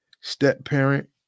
step-parent